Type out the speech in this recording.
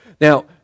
now